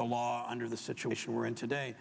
the law under the situation we're in today